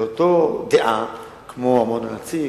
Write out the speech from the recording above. לאותו עניין כמו ארמון-הנציב,